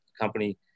company